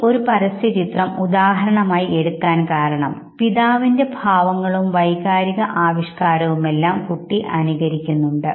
ഈ ഒരു പരസ്യചിത്രം ഉദാഹരണമായി എടുക്കാൻ കാരണം പിതാവിൻറെ ഭാവങ്ങളും വൈകാരിക ആവിഷ്കാരവും എല്ലാം കുട്ടി അനുകരി ക്കുന്നുണ്ട്